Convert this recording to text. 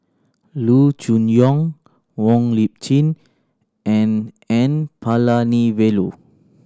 Loo Choon Yong Wong Lip Chin and N Palanivelu